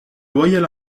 loyal